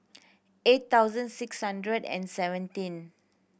eight thousand six hundred and seventeen